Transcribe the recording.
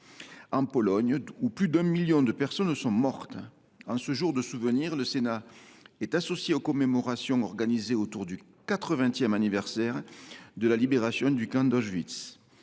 en Pologne, où plus d’un million de personnes sont mortes. En ce jour de souvenir, le Sénat est associé aux commémorations organisées autour du 80 anniversaire de la libération du camp d’Auschwitz.